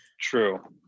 true